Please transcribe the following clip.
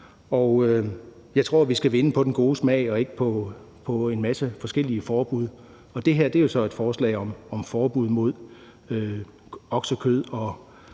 jeg tror, at vi skal vinde på den gode smag og ikke på en masse forskellige forbud. Det her er jo så et forslag om forbud mod oksekød